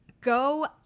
go